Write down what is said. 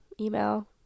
email